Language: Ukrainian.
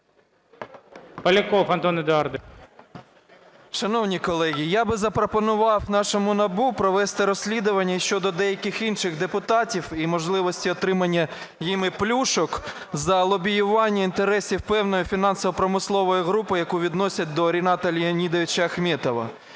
ПОЛЯКОВ А.Е. Шановні колеги, я би запропонував нашому НАБУ провести розслідування щодо деяких інших депутатів і можливості отримання ними "плюшок" за лобіювання інтересів певної фінансово-промислової групи, яку відносять до Рената Леонідовича Ахметова.